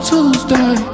Tuesday